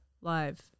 live